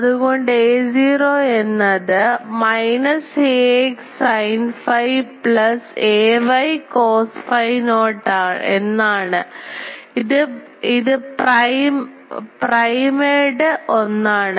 അതുകൊണ്ട് aö എന്നതിനർത്ഥം minus ax sin phi plus ay cos phi not എന്നാണ് ഇത് പ്രൈമേഡ് ഒന്നാണ്